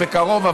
בקרוב,